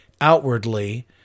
outwardly